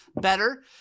better